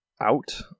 out